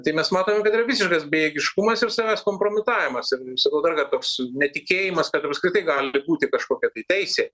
tai mes matome kad yra visiškas bejėgiškumas ir savęs kompromitavimas ir sakau darkart toks netikėjimas kad apskritai gali būti kažkokia tai teisė